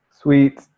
Sweet